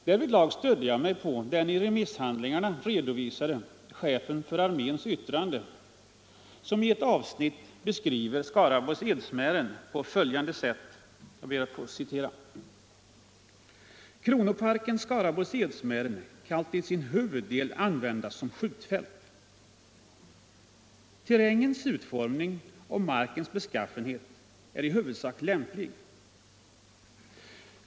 Härvidlag stödde jag mig på det i remisshandlingarna redovisade yttrandet av chefen för armén, vilket i ett avsnitt beskriver Skaraborgs Edsmären på följande sätt: ”Kronoparken Skaraborgs Edsmären kan till sin huvuddel användas som skjutfält. Terrängens utformning och markens beskaffenhet är i huvudsak lämplig.